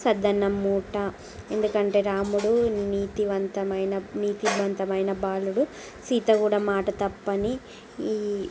సద్దన్నం మూట ఎందుకంటే రాముడు నీతివంతమైన నీతివంతమైన బాలుడు సీత కూడా మాట తప్పని ఈ